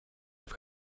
i’ve